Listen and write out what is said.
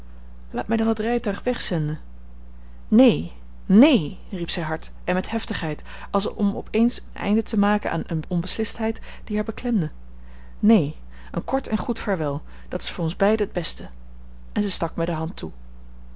laat mij dan het rijtuig wegzenden neen neen riep zij hard en met heftigheid als om op eens een eind te maken aan eene onbeslistheid die haar beklemde neen een kort en goed vaarwel dat is voor ons beiden het beste en zij stak mij de hand toe